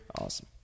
awesome